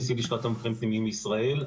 אני נשיא לשכת המבקרים הפנימיים בישראל.